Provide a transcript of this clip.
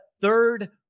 third